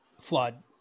flood